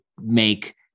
make